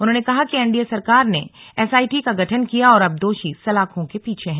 उन्हों ने कहा कि एनडीए सरकार ने एसआईटी का गठन किया और अब दोषी सलाखों के पीछे हैं